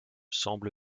semble